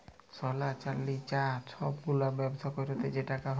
সলা, চাল্দি, চাঁ ছব গুলার ব্যবসা ক্যইরে যে টাকা হ্যয়